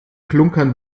klunkern